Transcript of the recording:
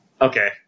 Okay